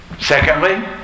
secondly